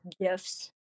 gifts